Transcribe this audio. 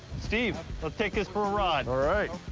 steve, let's take this for a ride. all right.